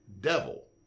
devil